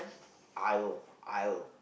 aisle aisle